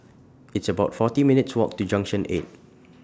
It's about forty minutes' Walk to Junction eight